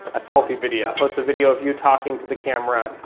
ah selfie video. post a video of you talking to the camera.